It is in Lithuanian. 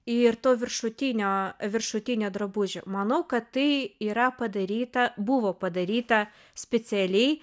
ir to viršutinio viršutinio drabužio manau kad tai yra padaryta buvo padaryta specialiai